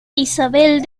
isabel